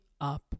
up